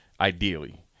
ideally